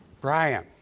Brian